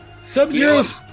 Sub-Zero's